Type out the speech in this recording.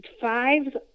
fives